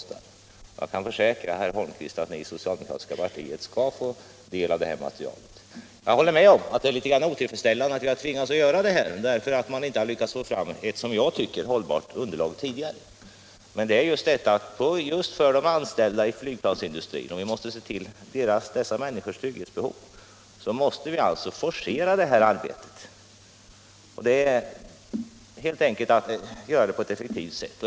Jag kan försäkra herr Holmqvist att ni i det socialdemokratiska partiet skall få del av materialet. Jag håller med om att det är litet otillfredsställande att vi har tvingats gå den här vägen därför att man inte tidigare har lyckats få fram ett som jag tycker hållbart underlag. Men just av hänsyn till de anställda i fl ygplansindustrin — vi måste se till deras trygghetsbehov — är vi tvungna att forcera arbetet och göra det på effektivaste möjliga sätt.